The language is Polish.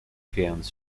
chwiejąc